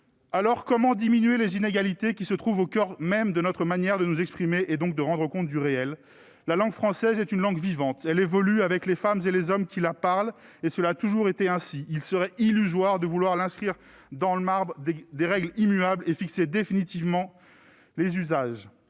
lire ! Comment diminuer les inégalités qui se trouvent au coeur même de notre manière de nous exprimer, donc de rendre compte du réel ? La langue française est une langue vivante. Elle évolue avec les femmes et les hommes qui la parlent. Il en a toujours été ainsi. Il serait illusoire de vouloir inscrire dans le marbre des règles immuables et de fixer définitivement les usages.